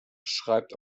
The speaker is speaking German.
schreibt